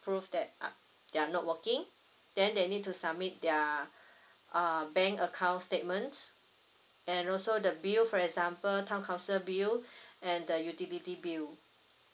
prove that uh they're not working then they need to submit their uh bank account statements and also the bill for example town council bill and the utility bill